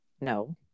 No